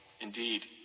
Indeed